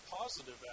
positive